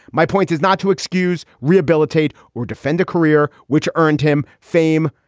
my point is not to excuse, rehabilitate or defend a career which earned him fame,